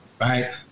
right